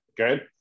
okay